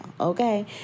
Okay